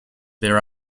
there